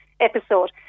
episode